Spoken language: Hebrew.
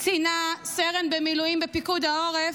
קצינה, סרן במילואים בפיקוד העורף,